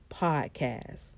Podcast